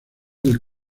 del